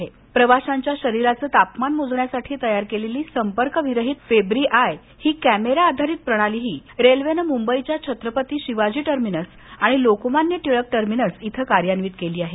त्याच बरोबर प्रवाशांच्या शरीराचं तापमान मोजण्यासाठी तयार केलेली संपर्क विरहित फेब्री आय ही कॅमेरा आधारित प्रणालीही रेल्वेनं मुंबईच्या छत्रपती शिवाजी महाराज टर्मिनस आणि लोकमान्य टिळक टर्मिनस इथ कार्यान्वित केली आहे